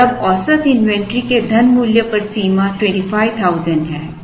और अब औसत इन्वेंट्री के धन मूल्य पर सीमा 25000 है